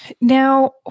Now